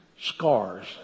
Scars